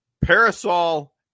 Parasol